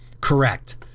Correct